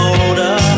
older